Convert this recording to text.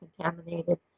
contaminated